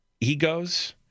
egos